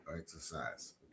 exercise